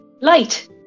light